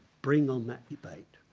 bring on that debate.